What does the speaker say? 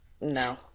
no